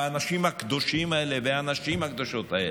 האנשים הקדושים האלה והנשים הקדושות האלה,